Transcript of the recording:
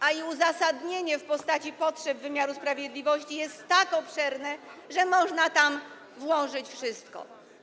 A formuła uzasadnienia w postaci potrzeb wymiaru sprawiedliwości jest tak pojemna, że można tam włożyć wszystko.